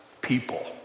People